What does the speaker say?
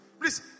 Please